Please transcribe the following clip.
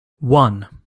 one